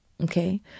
okay